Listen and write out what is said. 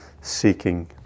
seeking